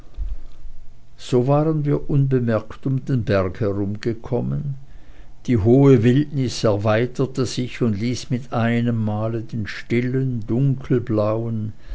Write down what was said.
so waren wir unbemerkt um den berg herumgekommen die holde wildnis erweiterte sich und ließ mit einem male den stillen dunkelblauen